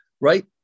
right